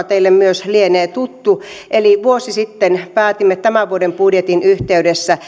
teille myös lienee tuttu eli vuosi sitten päätimme tämän vuoden budjetin yhteydessä